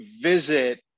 visit